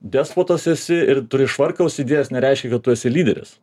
despotas esi ir turi švarką užsidėjęs nereiškia kad tu esi lyderis